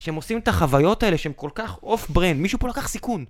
שהם עושים את החוויות האלה שהם כל כך off brand מישהו פה לקח סיכון